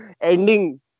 ending